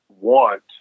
want